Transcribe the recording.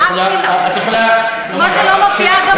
איך הוא הגיע מפה לפה?